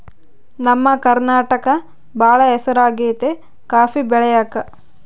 ನಮ್ಮ ಕರ್ನಾಟಕ ಬಾಳ ಹೆಸರಾಗೆತೆ ಕಾಪಿ ಬೆಳೆಕ